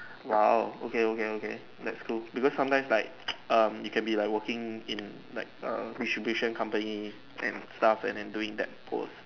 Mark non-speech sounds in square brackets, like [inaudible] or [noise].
!wow! okay okay okay that's cool because sometimes like [noise] um you can be like working in like err distribution company and stuff and then doing that post